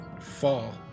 fall